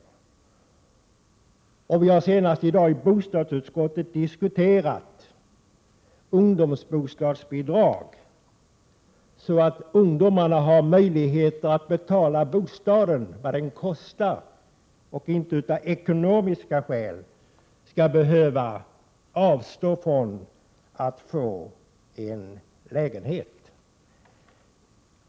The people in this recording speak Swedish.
Senast i dag har vi i bostadsutskottet diskuterat ungdomsbostadsbidrag, så att ungdomarna har möjligheter att betala vad det kostar att ha bostad och inte av ekonomiska skäl skall behöva avstå från att få en lägenhet.